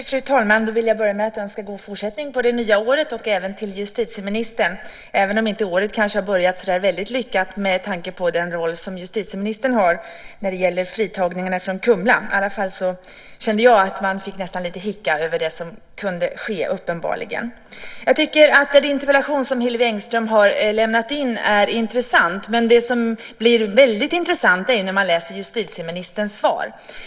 Fru talman! Jag vill börja med att önska god fortsättning på det nya året, och det även till justitieministern. Året kanske inte har börjat så där väldigt lyckat med tanke på den roll justitieministern har när det gäller fritagningen av fångarna från Kumla. I varje fall kände jag att man fick lite hicka av det som uppenbarligen kunde ske. Den interpellation som Hillevi Engström har lämnat in är intressant. Det blir väldigt intressant när man läser justitieministerns svar.